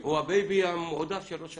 הוא הבייבי המועדף של ראש הרשות.